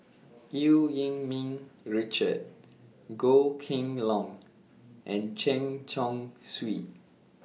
EU Yee Ming Richard Goh Kheng Long and Chen Chong Swee